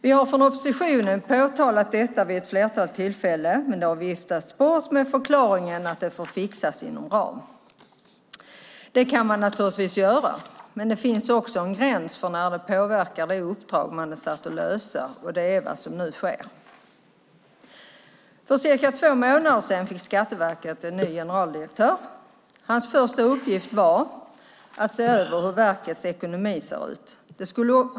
Vi har från oppositionen påtalat detta vid ett flertal tillfällen, men det har viftats bort med förklaringen att det får fixas inom befintlig ram. Det kan man naturligtvis göra, men det finns en gräns för när det påverkar det uppdrag man är satt att lösa, och det är vad som nu sker. För cirka två månader sedan fick Skatteverket en ny generaldirektör. Hans första uppgift var att se över hur verkets ekonomi ser ut.